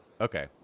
okay